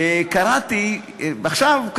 קראתי עכשיו,